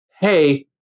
Hey